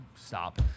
Stop